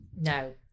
No